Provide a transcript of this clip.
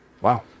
Wow